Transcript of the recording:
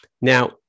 Now